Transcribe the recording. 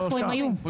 לא שם?